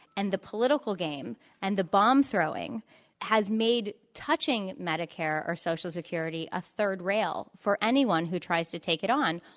and the political game and the bomb throwing has made touching medicare or social security a third rail for anyone who tries to take it on.